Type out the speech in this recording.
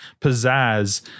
pizzazz